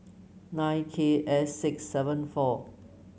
nine K S six seven four